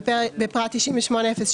בפרט 98.04,